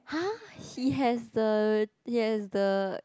!huh! he has the he has the